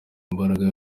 imbaraga